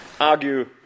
argue